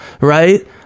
right